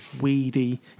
weedy